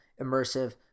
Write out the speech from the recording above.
immersive